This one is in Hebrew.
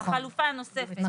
החלופה הנוספת,